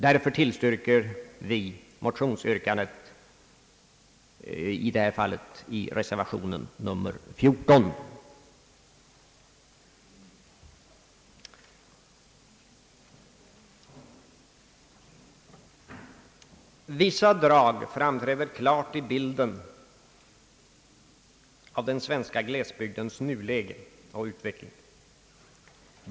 Därför tillstyrker vi, i reservation nr 14, motionsyrkandet på denna punkt. Vissa drag framträder klart i bilden av den svenska glesbygdens nuläge och utveckling.